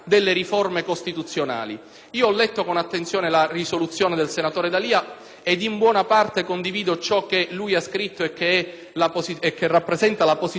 ed in buona parte condivido ciò che vi è riportato e che rappresenta la posizione dell'UDC. Alcune questioni non le condivido